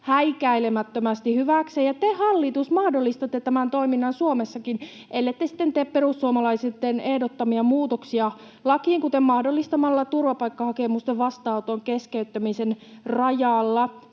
häikäilemättömästi hyväksi, ja te, hallitus, mahdollistatte tämän toiminnan Suomessakin, ellette sitten tee perussuomalaisten ehdottamia muutoksia lakiin, kuten mahdollistamalla turvapaikkahakemusten vastaanoton keskeyttämisen rajalla